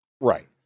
Right